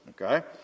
okay